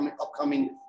upcoming